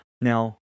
Now